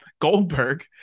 Goldberg